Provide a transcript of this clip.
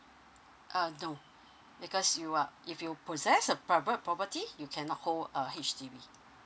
uh no because you are if you process a private property you cannot own a H_D_B